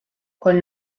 con